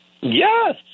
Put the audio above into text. Yes